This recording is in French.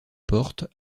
porte